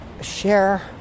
share